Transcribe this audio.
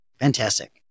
fantastic